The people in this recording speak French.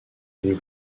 nous